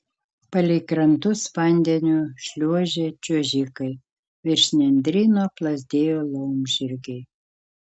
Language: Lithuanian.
palei krantus vandeniu šliuožė čiuožikai virš nendryno plazdėjo laumžirgiai